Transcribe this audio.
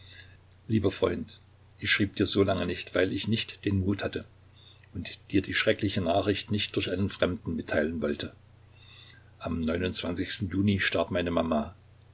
lieber freund ich schrieb dir so lange nicht weil ich nicht den mut hatte und dir die schreckliche nachricht nicht durch einen fremden mitteilen wollte am juni starb meine mama